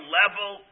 level